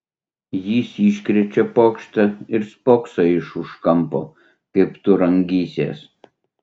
jis iškrečia pokštą ir spokso iš už kampo kaip tu rangysies